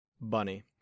Bunny